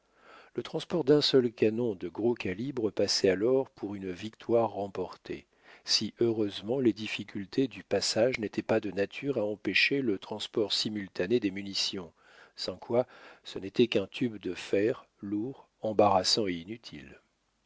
le transport d'un seul canon de gros calibre passait alors pour une victoire remportée si heureusement les difficultés du passage n'étaient pas de nature à empêcher le transport simultané des munitions sans quoi ce n'était qu'un tube de fer lourd embarrassant et inutile